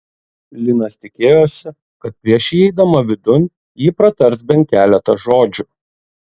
linas tikėjosi kad prieš įeidama vidun ji pratars bent keletą žodžių